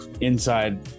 inside